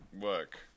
work